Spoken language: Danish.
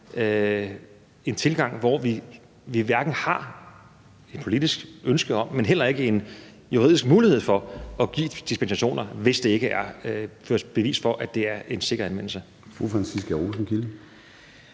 en tilgang, hvor vi ikke har et politisk ønske om, men heller ikke en juridisk mulighed for at give dispensationer, hvis der ikke kan føres bevis for, at det er en sikker anvendelse.